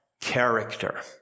character